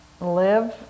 live